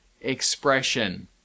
Expression